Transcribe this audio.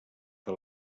que